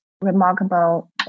remarkable